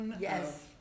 Yes